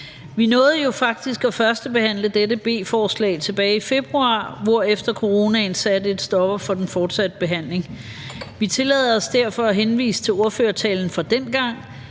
Vi nåede jo faktisk at førstebehandle dette beslutningsforslag tilbage i februar, hvorefter coronaen satte en stopper for den fortsatte behandling. Vi tillader os derfor at henvise til ordførertalen fra dengang